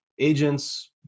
Agents